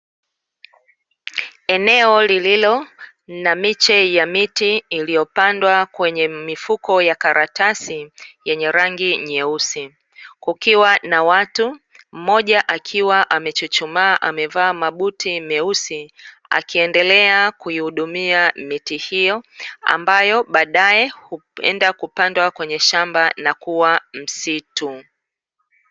Eneo lililo na miche ya miti iliyopandwa kwenye mifuko ya karatasi yenye rangi nyeusi, kukiwa na watu mmoja aliyechuchumaa, amevaa buti jeusi akiendelea kuihudumia miti hiyo, ambayo baadaye huenda ikapandwa shambani na kuwa msitu.